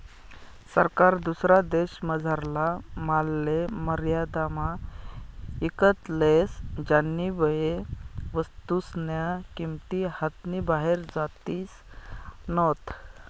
सरकार दुसरा देशमझारला मालले मर्यादामा ईकत लेस ज्यानीबये वस्तूस्न्या किंमती हातनी बाहेर जातीस नैत